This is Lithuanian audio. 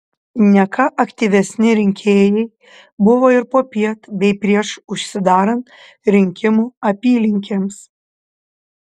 ne ką aktyvesni rinkėjai buvo ir popiet bei prieš užsidarant rinkimų apylinkėms